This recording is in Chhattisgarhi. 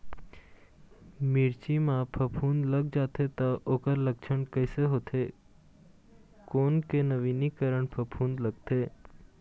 मिर्ची मा फफूंद लग जाथे ता ओकर लक्षण कैसे होथे, कोन के नवीनीकरण फफूंद लगथे?